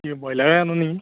এই ব্ৰইলাৰেই আনো নেকি